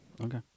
Okay